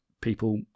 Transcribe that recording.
people